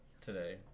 Today